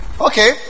Okay